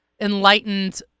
enlightened